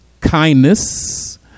kindness